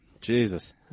Jesus